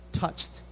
touched